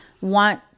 want